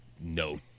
no